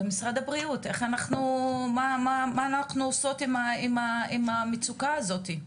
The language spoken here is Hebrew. במשרד הבריאות, מה אנחנו עושות עם המצוקה הזאת?